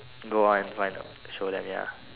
go on try to show them ya